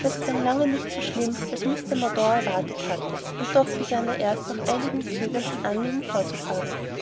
das klang lange nicht so schlimm als mr mordaunt erwartet hatte und doch begann er erst nach einigem zögern sein anliegen vorzutragen